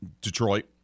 Detroit